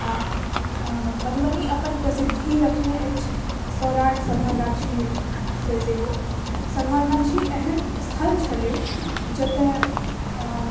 आ अऽ मधुबनी अपन प्रसिद्धि रखने अछि सौराठ सभा गाछी सँ सेहो सभा गाछी एहन स्थल छलै जतय अऽ